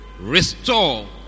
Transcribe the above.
restore